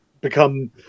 become